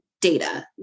data